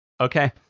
Okay